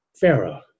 Pharaoh